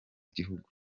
gihugu